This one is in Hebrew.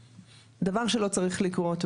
זה דבר שלא צריך לקרות.